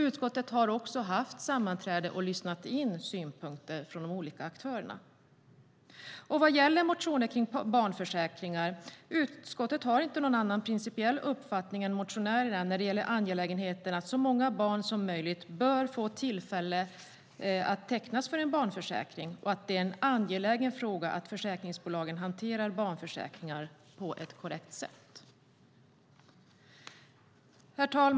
Utskottet har hållit sammanträde och lyssnat på synpunkter från de olika aktörerna. När det gäller motioner om barnförsäkringar har utskottet inte någon annan principiell uppfattning än motionärerna beträffande angelägenheten av att så många barn som möjligt bör få tillfälle att tecknas för en barnförsäkring och att det är en angelägen fråga att försäkringsbolagen hanterar barnförsäkringar på ett korrekt sätt. Herr talman!